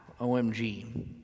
OMG